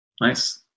Nice